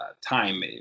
time